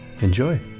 Enjoy